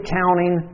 counting